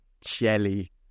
jelly